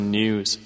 news